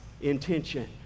intention